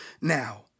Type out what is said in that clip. now